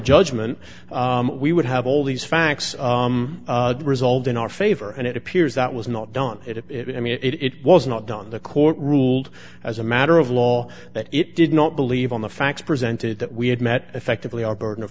judgment we would have all these facts resolved in our favor and it appears that was not done it i mean it was not done the court ruled as a matter of law that it did not believe on the facts presented that we had met effectively our burden of